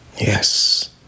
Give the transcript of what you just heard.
Yes